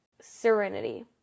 serenity